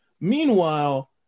Meanwhile